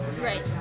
Right